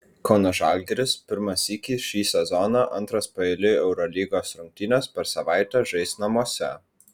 kauno žalgiris pirmą sykį šį sezoną antras paeiliui eurolygos rungtynes per savaitę žais namuose